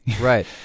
right